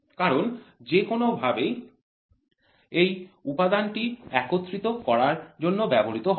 কারণ যেকোনোভাবে এই উপাদানটি একত্রিত করার জন্য ব্যবহৃত হবে